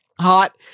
hot